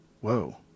Whoa